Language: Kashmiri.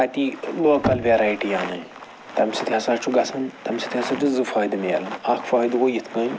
تَتی لوکَل وٮ۪رایٹی اَنٕنۍ تَمہِ سۭتۍ ہَسا چھُ گَژھان تَمہِ سۭتۍ ہَسا چھِ زٕ فٲیدٕ مِلان اکھ فٲیدٕ گوٚو یِتھ کٔنۍ